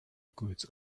goods